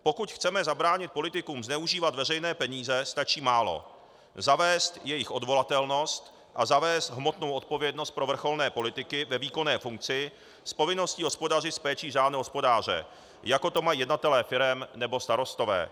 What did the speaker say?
Pokud chceme zabránit politikům zneužívat veřejné peníze, stačí málo: zavést jejich odvolatelnost a zavést hmotnou odpovědnost pro vrcholné politiky ve výkonné funkci s povinností hospodařit s péčí řádného hospodáře, jako to mají jednatelé firem nebo starostové.